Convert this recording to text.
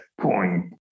point